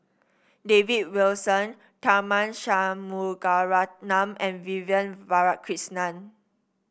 David Wilson Tharman Shanmugaratnam and Vivian Balakrishnan